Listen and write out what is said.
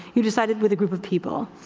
you decide it with a group of people.